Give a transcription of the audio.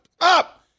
up